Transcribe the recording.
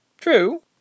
True